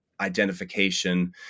identification